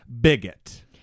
bigot